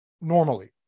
normally